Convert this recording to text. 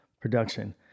production